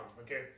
Okay